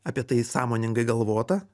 apie tai sąmoningai galvota